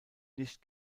nicht